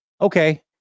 Okay